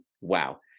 wow